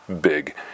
big